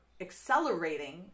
accelerating